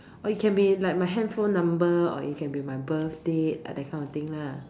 oh it can be like my handphone number or it can be my birthdate that kind of thing lah